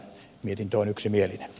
mietintö on yksimielinen